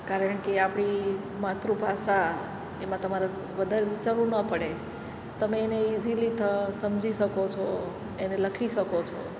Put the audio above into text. કારણકે આપણી માતૃભાષા એમાં તમારે વધારે વિચારવું ન પડે તમે એને ઈઝીલી સમજી શકો છો એને લખી શકો છો